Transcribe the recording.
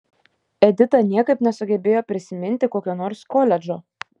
edita niekaip nesugebėjo prisiminti kokio nors koledžo